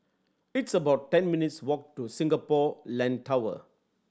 it's about ten minutes' walk to Singapore Land Tower